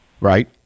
right